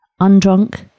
undrunk